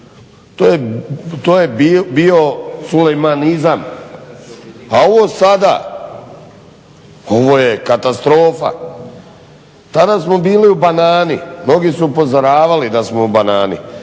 To je bio tsulejmanizam a ovo sada ovo je katastrofa. Tada smo bili u banani, mnogi su upozoravali da smo u banani.